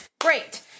Great